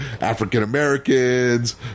African-Americans